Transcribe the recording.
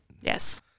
Yes